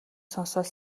сонсоод